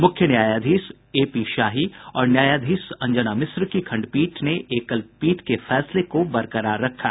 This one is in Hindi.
मुख्य न्यायाधीश एपी शाही और न्यायाधीश अंजना मिश्र की खंडपीठ ने एकल पीठ के फैसले को बरकरार रखा